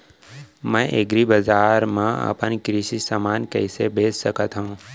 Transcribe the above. मैं एग्रीबजार मा अपन कृषि समान कइसे बेच सकत हव?